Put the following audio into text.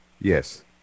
Yes